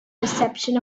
reception